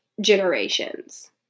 generations